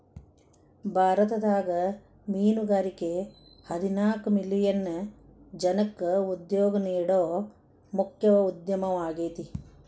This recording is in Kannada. ಭಾರತದಾಗ ಮೇನುಗಾರಿಕೆ ಹದಿನಾಲ್ಕ್ ಮಿಲಿಯನ್ ಜನಕ್ಕ ಉದ್ಯೋಗ ನೇಡೋ ಮುಖ್ಯ ಉದ್ಯಮವಾಗೇತಿ